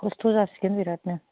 खस्थ' जासिगोन बिरादनो